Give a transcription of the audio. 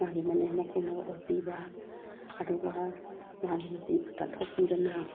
ꯃꯥꯒꯤ ꯃꯅꯦꯝ ꯃꯀꯨꯅꯒ ꯑꯣꯠꯄꯤꯕ ꯑꯗꯨꯒ ꯃꯥꯒꯤ ꯅꯨꯄꯤꯕꯨ ꯇꯥꯟꯊꯣꯛꯄꯤꯗꯅ